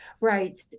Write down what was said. Right